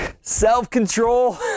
self-control